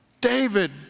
David